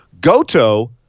Goto